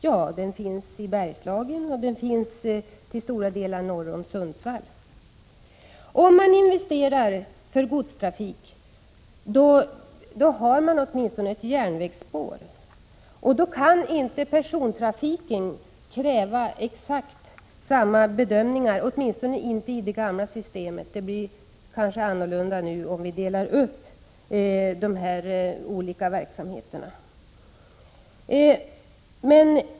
1986/87:126 finns i Bergslagen och till stora delar norr om Sundsvall. Om man investerar för godstrafik, har man åtminstone ett järnvägsspår, och då kan inte persontrafiken kräva exakt samma bedömningar — åtminstone inte i det gamla systemet; det blir kanske annorlunda om vi delar upp de olika verksamheterna.